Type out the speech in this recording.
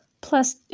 Plus